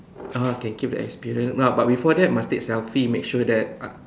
(uh huh) can keep the experience but before that must take selfie make sure that uh